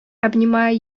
обнимая